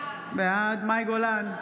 בעד מאי גולן,